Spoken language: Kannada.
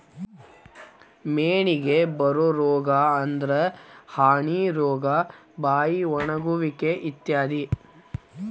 ಮೇನಿಗೆ ಬರು ರೋಗಾ ಅಂದ್ರ ಹನಿ ರೋಗಾ, ಬಾಯಿ ಒಣಗುವಿಕೆ ಇತ್ಯಾದಿ